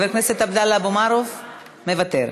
חבר הכנסת עבדאללה אבו מערוף, מוותר.